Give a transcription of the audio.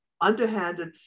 underhanded